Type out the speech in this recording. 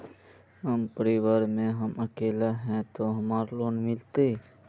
हम परिवार में हम अकेले है ते हमरा लोन मिलते?